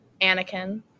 Anakin